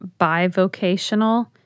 bivocational